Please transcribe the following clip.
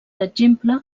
exemple